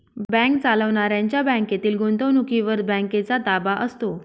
bank चालवणाऱ्यांच्या बँकेतील गुंतवणुकीवर बँकेचा ताबा असतो